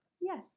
Yes